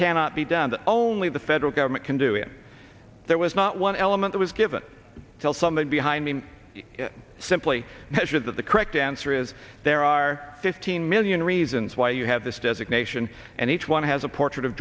cannot be done and only the federal government can do it there was not one element it was given till someone behind me simply measured that the correct answer is there are fifteen million reasons why you have this designation and each one has a portrait of